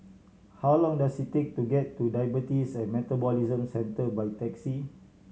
how long does it take to get to Diabetes and Metabolism Centre by taxi